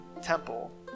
temple